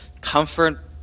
comfort